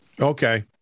Okay